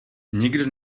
nikdo